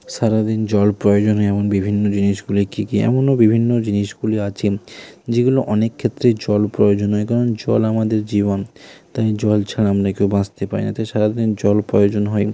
সারা দিন জল প্রয়োজনীয় এমন বিভিন্ন জিনিসগুলি কী কী এমনও বিভিন্ন জিনিসগুলি আছে যেগুলো অনেক ক্ষেত্রেই জল প্রয়োজন হয় কারণ জল আমাদের জীবন তাই জল ছাড়া আমরা কেউ বাঁচতে পারি না তাই সারা দিন জল প্রয়োজন হয়